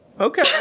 Okay